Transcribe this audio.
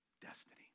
destiny